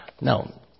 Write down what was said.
Now